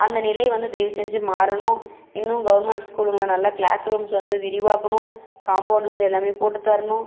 அந்த நிலை வந்து தயவுசெஞ்சி மாறணும் இன்னும் கவர்மெண்ட் ஸ்கூலுங்க நல்லா க்ளாஸ் ரூம்ஸ் வந்து விரிவாக்கணும் காம்ப்பௌண்ட்லேந்து எல்லாம் போட்டுத் தரணும்